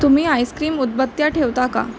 तुम्ही आईस्क्रीम उदबत्त्या ठेवता का